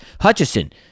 Hutchison